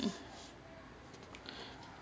mm